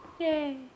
Yay